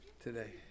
today